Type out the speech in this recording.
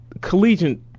collegiate